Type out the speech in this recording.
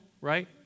right